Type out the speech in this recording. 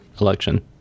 election